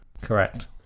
correct